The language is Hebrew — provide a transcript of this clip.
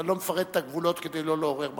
אני לא מפרט את הגבולות כדי לא לעורר מחלוקת,